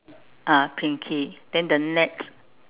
ah pinky then the net